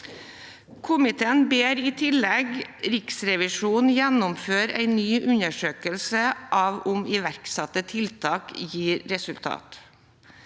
Komiteen ber i tillegg Riksrevisjonen gjennomføre en ny undersøkelse av om iverksatte tiltak gir resultat.